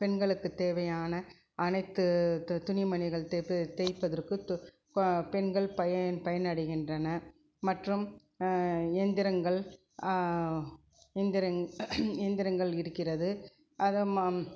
பெண்களுக்கு தேவையான அனைத்து துணி மணிகள் தைப்பதற்கு பெண்கள் பய பயனடைகின்றன மற்றும் இயந்திரங்கள் இயந்திர இயந்திரங்கள் இருக்கிறது அதை ம